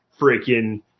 freaking